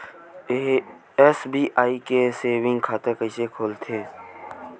SBI के saving खाता कइसे खोलथे?